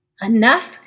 Enough